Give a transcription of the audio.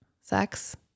sex